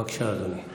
בבקשה, אדוני.